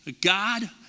God